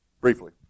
briefly